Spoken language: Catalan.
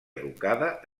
educada